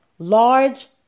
large